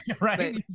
Right